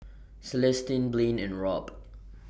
Celestino Blane and Robb